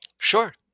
Sure